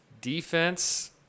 Defense